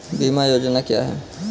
बीमा योजना क्या है?